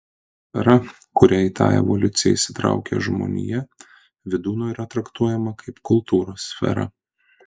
sfera kuria į tą evoliuciją įsitraukia žmonija vydūno yra traktuojama kaip kultūros sfera